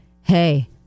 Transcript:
hey